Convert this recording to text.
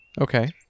okay